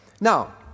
Now